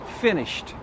finished